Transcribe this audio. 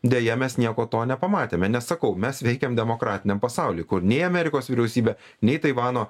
deja mes nieko to nepamatėme nes sakau mes veikiam demokratiniam pasauly kur nei amerikos vyriausybė nei taivano